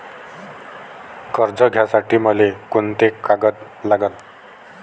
कर्ज घ्यासाठी मले कोंते कागद लागन?